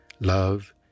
Love